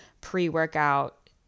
pre-workout